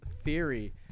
theory